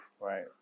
Right